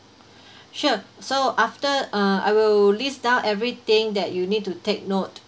sure so after uh I will list down everything that you need to take note